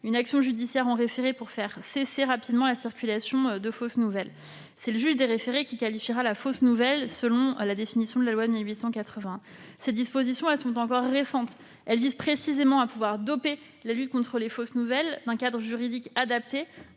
une action judiciaire en référé pour faire cesser rapidement la circulation de fausses nouvelles. C'est le juge des référés qui qualifiera la fausse nouvelle, selon la définition de la loi de 1881. Ces dispositions sont encore récentes. Elles visent à doter la lutte contre les fausses nouvelles d'un cadre juridique adapté